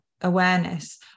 awareness